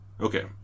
Okay